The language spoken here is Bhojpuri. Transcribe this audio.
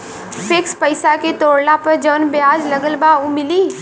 फिक्स पैसा के तोड़ला पर जवन ब्याज लगल बा उ मिली?